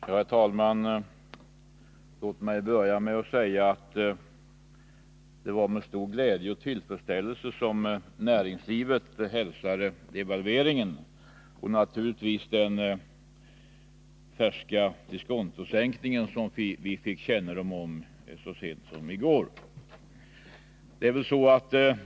Herr talman! Låt mig börja med att säga att det var med stor glädje och tillfredsställelse som näringslivet hälsade devalveringen och naturligtvis den färska diskontosänkningen, som vi fick kännedom om så sent som i går.